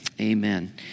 amen